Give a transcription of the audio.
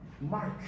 Mark